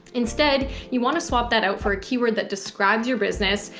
instead, you want to swap that out for a keyword that describes your business,